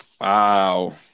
Wow